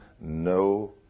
no